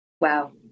Wow